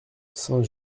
saint